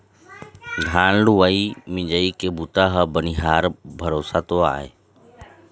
धान लुवई मिंजई के बूता ह बनिहार भरोसा तो आय